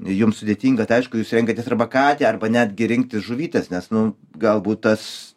jum sudėtinga tai aišku jūs renkatės arba katę arba netgi rinktis žuvytės nes nu galbūt tas